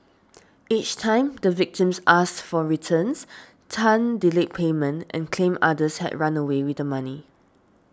each time the victims asked for their returns Tan delayed payment and claimed others had run away with the money